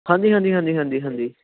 ਹਾਂਜੀ ਹਾਂਜੀ ਹਾਂਜੀ ਹਾਂਜੀ ਹਾਂਜੀ